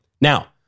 Now